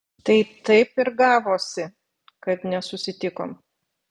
tai taip ir gavosi kad nesusitikom